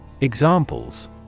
Examples